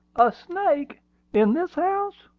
a snake in this house!